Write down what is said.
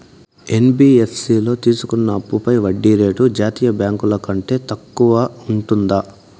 NBFC లో తీసుకున్న అప్పుపై వడ్డీ రేటు జాతీయ బ్యాంకు ల కంటే తక్కువ ఉంటుందా?